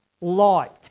Light